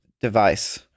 device